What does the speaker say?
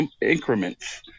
increments